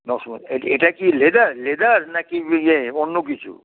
নশো এটা কি লেদার লেদার না কি ইয়ে অন্য কিছু